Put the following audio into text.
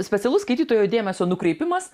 specialus skaitytojo dėmesio nukreipimas